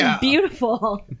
Beautiful